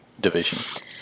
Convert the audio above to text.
division